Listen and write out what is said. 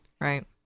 Right